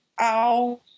ow